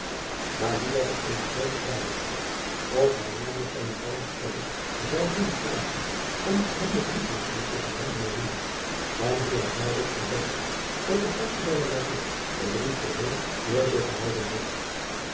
aar nu was er eene groote zwarigheid of hij namelijk zijne ouders kennis zoo doen dragen van de geheime briefwisseling tusschen hem en en hoe hij daardoor ontdekt had dat de vader zijner den brief geheel voor zich gehouden had